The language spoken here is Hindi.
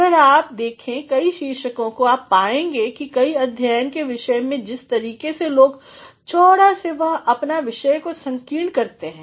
अगर आप देखें कई शीर्षकों को आप पाएंगे कि कई अध्ययन के विषय में जिस तरीके से लोग चौड़ा से वह अपने विषय को संकीर्ण करते हैं